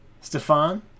Stefan